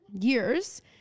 years